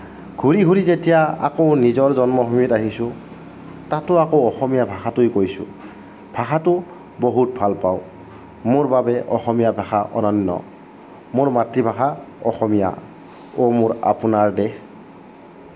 ঘূৰি ঘূৰি যেতিয়া আকৌ নিজৰ জন্মভূমিত আহিছো তাতো আকৌ অসমীয়া ভাষাটোৱে কৈছো ভাষাটো বহুত ভাল পাওঁ মোৰ বাবে অসমীয়া ভাষা অনন্য মোৰ মাতৃভাষা অসমীয়া অ' মোৰ আপোনাৰ দেশ